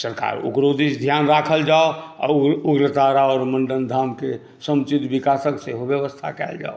सरकार ओकरो दिस ध्यान राखल जाउ उग्रतारा आओर मण्डन धामके समुचित विकासक सेहो व्यवस्था कयल जाउ